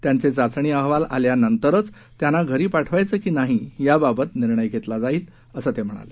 त्यांचे चाचणी अहवाल आल्यानंतरच त्यांना घरी पाठवायतं की नाही याबाबत निर्णय घेतला जाईल असं ते म्हणाले